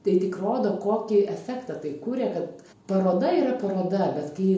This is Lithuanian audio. tai tik rodo kokį efektą tai kuria kad paroda yra paroda bet kai